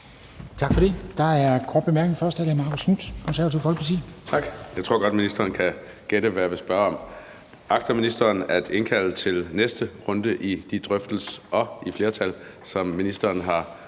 Tak for det. Der er korte bemærkninger.